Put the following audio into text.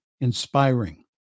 inspiring